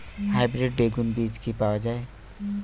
Hybrid বেগুন বীজ কি পাওয়া য়ায়?